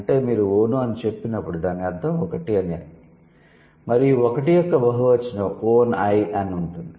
అంటే మీరు 'ఒనో' అని చెప్పినప్పుడు దాని అర్థం 'ఒకటి' అని మరియు 'ఒకటి' యొక్క బహువచనం 'ఓన్ ఐ' అని ఉంటుంది